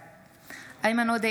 בעד איימן עודה,